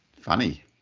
funny